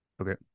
Okay